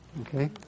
Okay